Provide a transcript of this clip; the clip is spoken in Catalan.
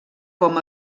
com